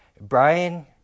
Brian